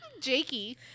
Jakey